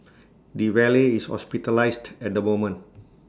the valet is hospitalised at the moment